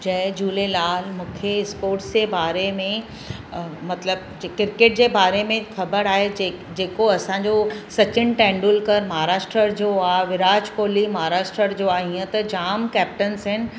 जय झूलेलाल मूंखे स्पोट्स जे बारे में मतलबु क्रिकेट जे बारे में ख़बर आहे जे जेको असांजो सचिन तेंदुलकर महाराष्ट्र जो आहे विराट कोहली महाराष्ट्र जो आहे हीअं त जाम केप्टन्स आहिनि